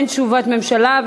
אין תשובת ממשלה,